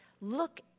look